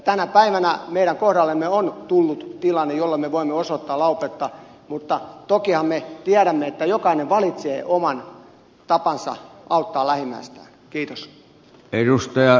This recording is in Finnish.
tänä päivänä meidän kohdallemme on tullut tilanne jolloin me voimme osoittaa laupeutta mutta tokihan me tiedämme että jokainen valitsee oman tapansa auttaa lähimmäistään